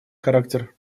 характер